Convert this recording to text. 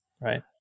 right